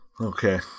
okay